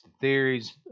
theories